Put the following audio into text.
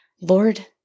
Lord